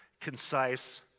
concise